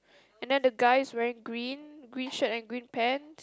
and then the guy's wearing green green shirt and green pants